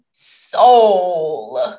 soul